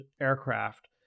aircraft